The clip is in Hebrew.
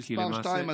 מס' 2,